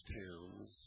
towns